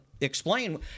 explain